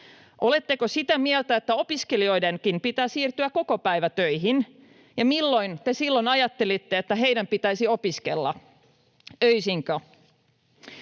Oletteko sitä mieltä, että opiskelijoidenkin pitää siirtyä kokopäivätöihin, ja milloin te silloin ajattelitte, että heidän pitäisi opiskella, öisinkö?